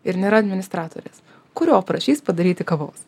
ir nėra administratorės kurio prašys padaryti kavos